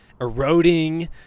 eroding